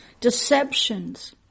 Deceptions